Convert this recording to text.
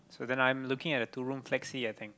so then I'm looking at a two room flexi I think